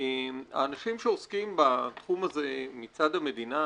האנשים שעוסקים בתחום הזה מצד המדינה,